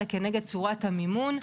אלא כנגד צורת המימון,